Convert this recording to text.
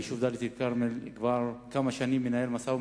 היישוב דאלית-אל-כרמל מנהל כבר כמה שנים משא-ומתן